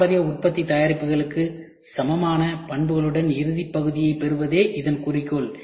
பாரம்பரிய உற்பத்தி தயாரிப்புகளுக்கு சமமான பண்புகளுடன் இறுதிப் பகுதியைப் பெறுவதே குறிக்கோள்